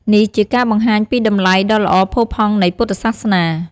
ព្រះសង្ឃដើរតួនាទីជាអ្នកដឹកនាំខាងផ្នែកស្មារតី និងជាអ្នកបង្ហាញផ្លូវក្នុងការអនុវត្តធម៌។